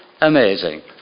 amazing